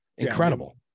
incredible